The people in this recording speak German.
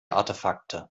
artefakte